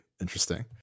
interesting